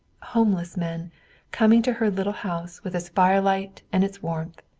homeless men coming to her little house with its firelight and its warmth.